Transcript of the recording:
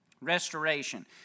restoration